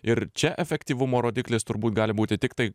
ir čia efektyvumo rodiklis turbūt gali būti tiktai